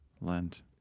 Lent